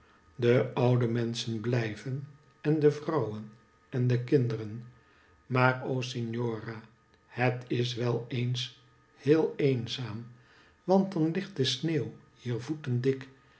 de oude menschen blijven en de vrouwen en de kinderen maar o signora het is wel eens heel eenzaam want dan hgt de sneeuw hier voeten dik